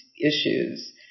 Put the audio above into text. issues